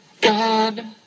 God